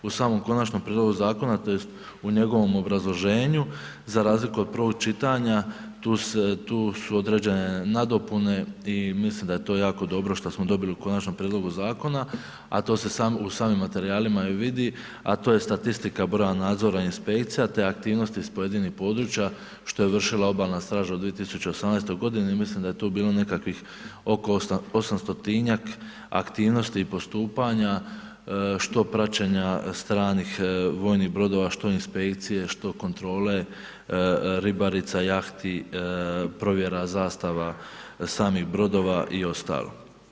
U samom konačnom prijedlogu zakona tj. u njegovom obrazloženju, za razliku od prvog čitanja tu su određene nadopune i mislim da je to jako dobro što smo dobili u konačnom prijedlogu zakona a to se u samim materijalima i vidi a to je statistika broja nadzora inspekcija te aktivnosti iz pojedinih područja što je vršila Obalna straža u 2018.g., mislim da je tu bilo nekakvih oko 800-tinjak aktivnosti i postupanja što praćenja stranih vojnih brodova, što inspekcije, što kontrole ribarica, jahti, provjera zastava samih brodova i ostalo.